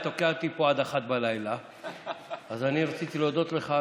היה תוקע אותי פה עד 01:00. אז אני רציתי להודות לך.